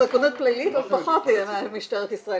מסוכנות פלילית עוד פחות ממשטרת ישראל